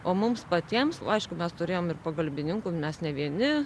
o mums patiems nu aišku mes turėjom ir pagalbininkų mes ne vieni